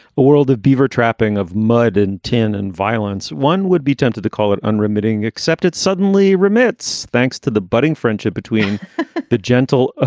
ah world of beaver trapping, of mud and tin and violence. one would be tempted to call it unremitting, except it's suddenly remits thanks to the budding friendship between the gentle ah